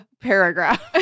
paragraph